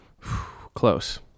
Close